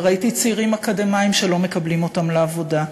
וראיתי צעירים אקדמאים שלא מקבלים אותם לעבודה.